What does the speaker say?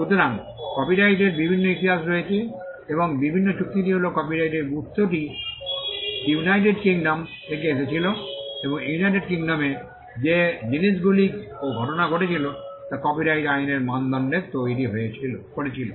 সুতরাং কপিরাইটের বিভিন্ন ইতিহাস রয়েছে এবং বিস্তৃত চুক্তিটি হল কপিরাইটের উত্সটি ইউনাইটেড কিংডম থেকে এসেছিল এবং ইউনাইটেড কিংডম এ যে জিনিসগুলি ও ঘটনা ঘটেছিল তা কপিরাইট আইনের মানদণ্ড তৈরি করেছিল